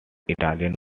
italian